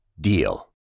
DEAL